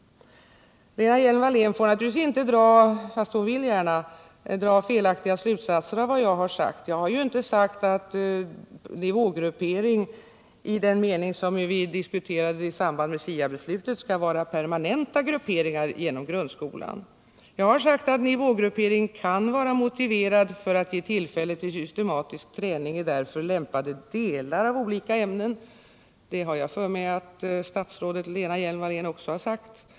Lena Hjelm-Wallén får naturligtvis inte dra — fast hon vill gärna göra det — felaktiga slutsatser av vad jag sagt. Jag har inte sagt att nivågruppering, som vi diskuterade i samband med SIA-beslutet, skall innebära permanenta grupperingar genom grundskolan. Jag har sagt att nivågruppering kan vara motiverad för att ge tillfälle till systematisk träning i därför lämpade delar av olika ämnen. Det har jag för mig att förutvarande statsrådet Lena Hjelm Wallén också har sagt.